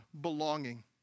belonging